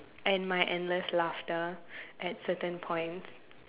and my endless laughter at certain points